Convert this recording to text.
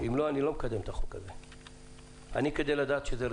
אם לא, לא אקדם את הצעת החוק הזאת.